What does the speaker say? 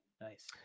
Nice